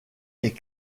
est